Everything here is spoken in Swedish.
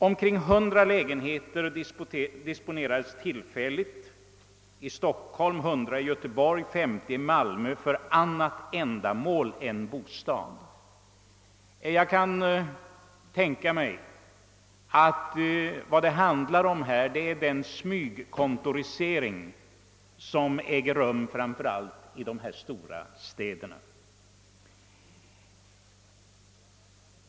Omkring 100 lägenheter i Stockholm, 100 i Göteborg och 50 i Malmö disponeras tillfälligt för annat ändamål än bostad. Jag kan tänka mig att det här är fråga om den smygkontorisering som äger rum framför allt i de stora städerna.